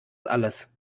alles